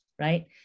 right